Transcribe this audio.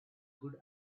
good